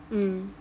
mm